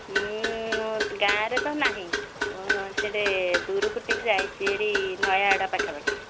ମୁଁ ଗାଁରେ ତ ନାହିଁ ସିଆଡ଼େ ଦୂରକୁ ଟିକେ ଯାଇଛି ଭାରି ନୟାଗଡ଼ ପାଖା ପାଖି